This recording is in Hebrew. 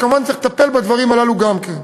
וכמובן צריך לטפל בדברים הללו גם כן.